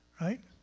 right